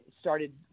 started